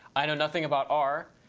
i know nothing about r,